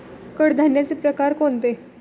कडधान्याचे प्रकार कोणते?